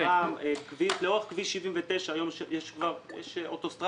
לאורך כביש 79 היום יש אוטוסטרדה,